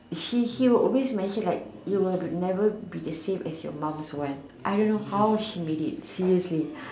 he he will always mention like you will never be the same as your mum's one I don't know how she made it seriously